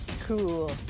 Cool